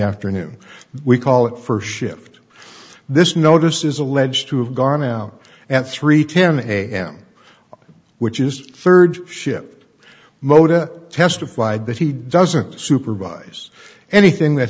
afternoon we call it first shift this notice is alleged to have gone out and three ten a m which is third ship mota testified that he doesn't supervise anything that